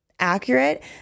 Accurate